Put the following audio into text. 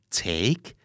take